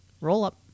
roll-up